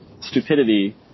stupidity